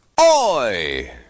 Oi